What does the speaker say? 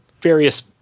various